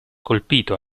colpito